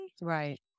Right